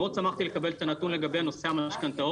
מאוד שמחתי לקבל את הנתון לגבי נושא המשכנתאות,